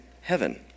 heaven